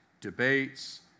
debates